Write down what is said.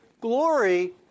glory